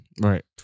right